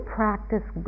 practice